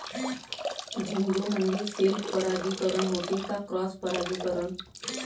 झेंडूमंदी सेल्फ परागीकरन होते का क्रॉस परागीकरन?